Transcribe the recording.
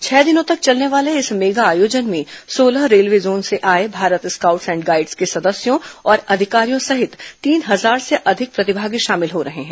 छह दिनों तक चलने वाले इस मेगा आयोजन में सोलह रेलवे जोन से आए भारत स्काउट्स एण्ड गाईड्स के सदस्यों और अधिकारियों सहित तीन हजार से अधिक प्रतिभागी शामिल हो रहे हैं